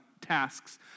tasks